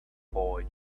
boy